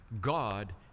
God